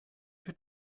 für